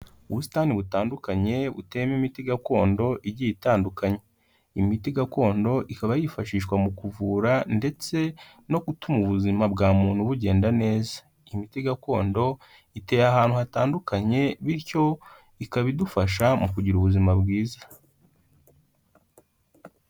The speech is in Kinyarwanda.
Ubusitani butandukanye buteyemo imiti gakondo igiye itandukanye. Imiti gakondo ikaba yifashishwa mu kuvura ndetse no gutuma ubuzima bwa muntu bugenda neza. Imiti gakondo iteye ahantu hatandukanye bityo ikaba idufasha mu kugira ubuzima bwiza.